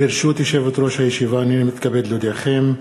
ברשות יושבת-ראש הישיבה, הנני מתכבד להודיעכם,